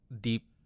deep